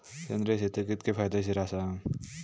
सेंद्रिय शेती कितकी फायदेशीर आसा?